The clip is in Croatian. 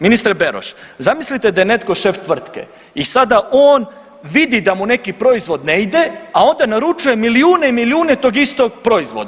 Ministre Beroš zamislite da je netko šef tvrtke i sada on vidi da mu neki proizvod ne ide, a onda naručuje milijune i milijune tog istog proizvoda.